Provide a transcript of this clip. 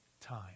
time